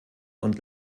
und